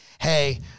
hey